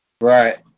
Right